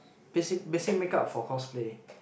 basic mixing make up for cosplay